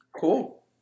Cool